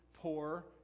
poor